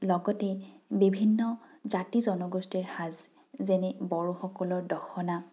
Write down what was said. লগতে বিভিন্ন জাতি জনগোষ্ঠীৰ সাজ যেনে বড়োসকলৰ দখনা